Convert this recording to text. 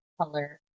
color